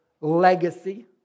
legacy